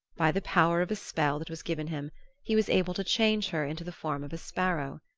by the power of a spell that was given him he was able to change her into the form of a sparrow.